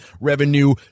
revenue